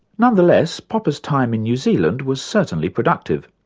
nonetheless, popper's time in new zealand was certainly productive.